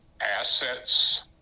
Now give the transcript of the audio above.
assets